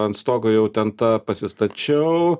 ant stogo jau ten tą pasistačiau